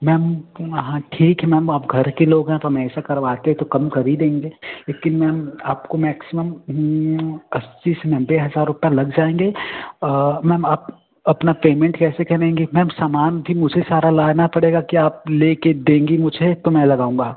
ma'am हाँ ठीक है मैम आप घर के लोग हैं तो हमेशा करवाते तो कम कर ही देंगे लेकिन मैम आपको मैक्सिमम अस्सी से नब्बे हज़ार रुपये लग जाएंगे मैम आप अपना पेमेंट कैसे करेंगे मैम समान भी मुझे सारा लाना पड़ेगा कि आप लेके देंगी मुझे तो मैं लगाऊँगा